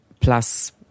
plus